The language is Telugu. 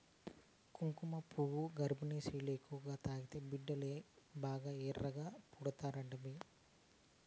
కుంకుమపువ్వు గర్భిణీలు ఎక్కువగా తాగితే బిడ్డలు బాగా ఎర్రగా పడతారంటమ్మీ